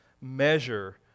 measure